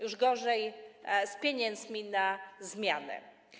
Już gorzej z pieniędzmi na zmianę.